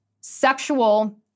sexual